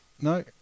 no